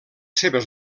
seves